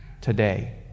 today